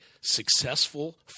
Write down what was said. successful